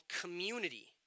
community